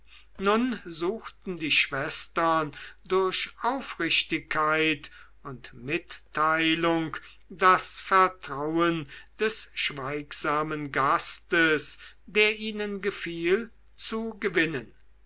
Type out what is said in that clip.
nun suchten die schwestern durch aufrichtigkeit und mitteilung das vertrauen des schweigsamen gastes der ihnen gefiel zu gewinnen